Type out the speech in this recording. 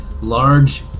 Large